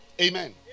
Amen